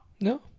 No